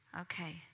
Okay